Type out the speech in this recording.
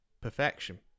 perfection